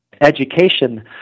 education